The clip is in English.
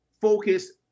focus